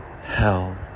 HELL